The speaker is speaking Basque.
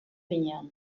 finean